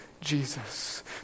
Jesus